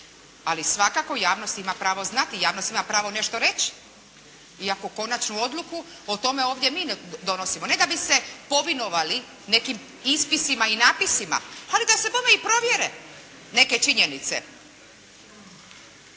ali svakako javnost ima pravo znati, javnost ima pravo nešto reći. Iako konačnu odluku o tome ovdje mi donosimo. Ne da bi se …/Govornik se ne razumije./… nekim ispisima i natpisima, ali da se bome i provjere neke činjenice.